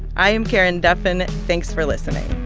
i am karen duffin. thanks for listening